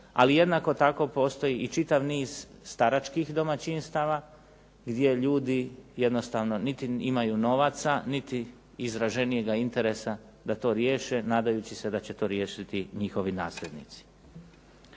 Ali jednako tako postoji i čitav niz staračkih domaćinstava gdje ljudi jednostavno niti imaju novaca, niti izraženijega interesa da to riješe, nadajući se da će to riješiti njihovi nasljednici.